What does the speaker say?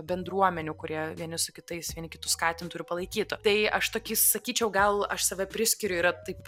bendruomenių kurie vieni su kitais vieni kitus skatintų ir palaikytų tai aš tokį sakyčiau gal aš save priskiriu yra taip